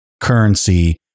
currency